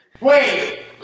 Wait